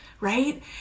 right